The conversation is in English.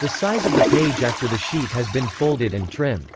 the size of the page after the sheet has been folded and trimmed.